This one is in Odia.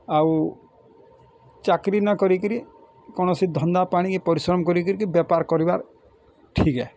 ଆଉ ଚାକିରୀ ନକରି କିରି କୌଣସି ଧନ୍ଦା ପାଣି ପରିଶ୍ରମ କରିକିରି ବେପାର କରିବାର ଠିକ୍ ଏ